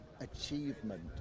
achievement